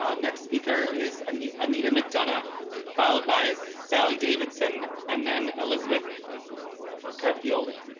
um next speaker is a nice anita mcdonough followed by sally davidson and then elizabeth curfew only